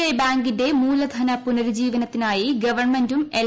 I ബാങ്കിന്റെ മൂലധന പുനരുജ്ജീവനത്തിനായി ഗവൺമെന്റും എൽ